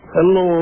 Hello